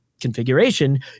configuration